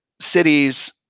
cities